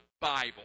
Bible